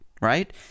Right